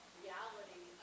reality